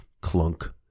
Clunk